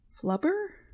Flubber